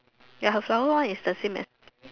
ya her flower one is the same as